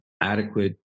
adequate